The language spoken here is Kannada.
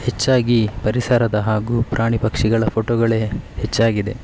ಹೆಚ್ಚಾಗಿ ಪರಿಸರದ ಹಾಗೂ ಪ್ರಾಣಿ ಪಕ್ಷಿಗಳ ಫೋಟೋಗಳೇ ಹೆಚ್ಚಾಗಿದೆ